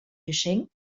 geschenk